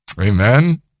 Amen